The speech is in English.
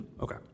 Okay